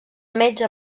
metge